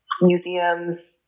Museums